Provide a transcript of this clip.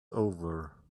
over